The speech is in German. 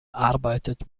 arbeitet